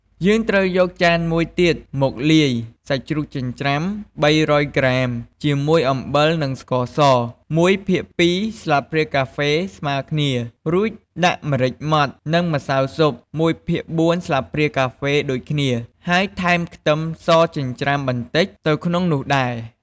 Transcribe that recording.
យើងត្រូវយកចានមួយទៀតមកលាយ សាច់ជ្រូកចិញ្ច្រាំ ៣០០ ក្រាម ជាមួយ អំបិល និងស្ករស ១ភាគ២ ស្លាបព្រាកាហ្វេស្មើគ្នា រួចដាក់ម្រេចម៉ដ្ឋ និងម្សៅស៊ុប ១ភាគ៤ ស្លាបព្រាកាហ្វេដូចគ្នាហើយថែមខ្ទឹមសចិញ្ច្រាំបន្តិចទៅក្នុងនោះដែរ។